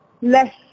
less